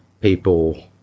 people